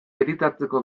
editatzeko